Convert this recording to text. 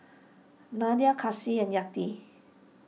Nadia Kasih and Yati